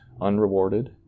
unrewarded